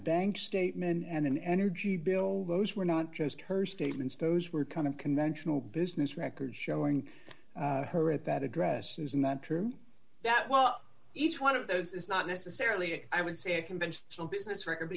bank statement and an energy bill were not just her statements those were kind of conventional business records showing her at that address using that term that well each one of those is not necessarily i would say a conventional business record